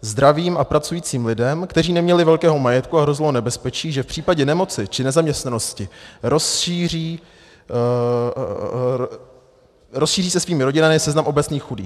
zdravým a pracujícím lidem, kteří neměli velkého majetku, a hrozilo nebezpečí, že v případě nemoci či nezaměstnanosti rozšíří se svými rodinami seznam obecních chudých.